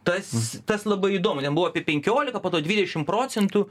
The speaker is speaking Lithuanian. tas tas labai įdomu ten buvo apie penkiolika po to dvidešim procentų